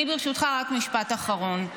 ברשותך, רק משפט אחרון.